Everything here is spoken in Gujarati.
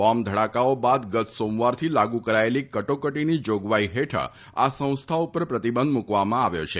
બોંબ ધડાકાઓ બાદ ગત સોમવારથી લાગુ કરેલી કટોકટીની જોગવાઇ હેઠળ આ સંસ્થાઓ ઉપર પ્રતિબંધ મુકવામાં આવ્યો છે